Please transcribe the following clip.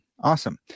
awesome